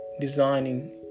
designing